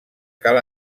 cal